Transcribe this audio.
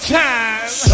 time